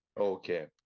okay